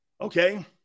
Okay